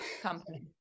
company